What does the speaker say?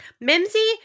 Mimsy